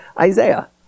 Isaiah